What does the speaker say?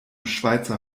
schweizer